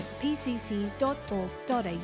pcc.org.au